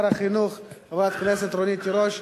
חברת הכנסת רונית תירוש,